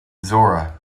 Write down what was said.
zora